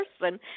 person